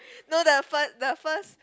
no the first the first